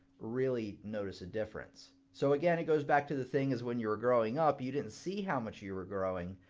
really notice a difference. so again, it goes back to the thing as when you were growing up, you didn't see how much you were growing.